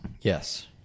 Yes